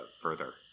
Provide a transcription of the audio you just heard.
further